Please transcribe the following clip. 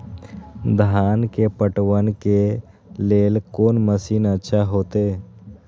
धान के पटवन के लेल कोन मशीन अच्छा होते?